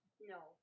no